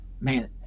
man